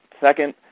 Second